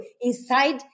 inside